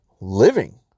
living